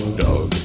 dog